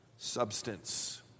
Substance